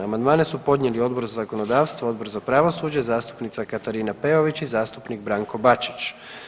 Amandmane su podnijeli Odbor za zakonodavstvo, Odbor za pravosuđe, zastupnica Katarina Peović i zastupnik Branko Bačić.